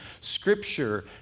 Scripture